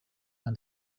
and